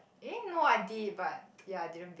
eh no I did but ya I didn't bake